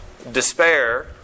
despair